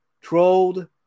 Trolled